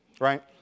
right